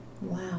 Wow